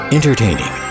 Entertaining